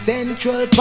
Central